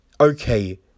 okay